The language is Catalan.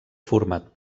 format